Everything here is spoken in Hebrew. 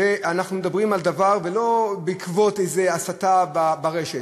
ואנחנו מדברים על דבר שהוא לא בעקבות איזו הסתה ברשת,